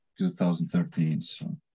2013